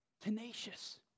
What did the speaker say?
Tenacious